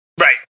Right